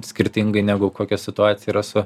skirtingai negu kokia situacija yra su